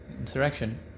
Insurrection